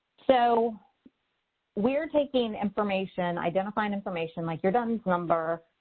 so we're taking information, identifying information like your duns number,